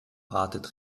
wartet